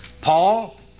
Paul